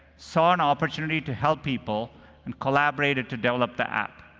saw an opportunity to help people and collaborated to develop the app.